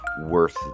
worth